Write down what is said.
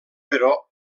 però